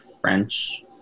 French